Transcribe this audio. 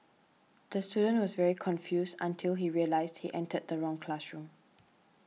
the student was very confused until he realised he entered the wrong classroom